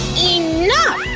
enough!